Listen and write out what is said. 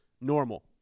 normal